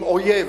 עם אויב.